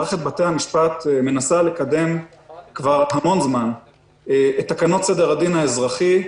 מערכת בתי המשפט מנסה לקדם כבר המון זמן את תקנות סדר הדין האזרחי,